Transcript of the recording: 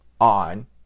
on